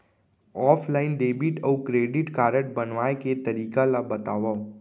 Offline debit अऊ credit card बनवाए के तरीका ल बतावव?